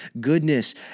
goodness